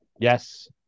Yes